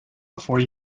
before